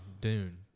Dune